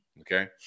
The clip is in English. Okay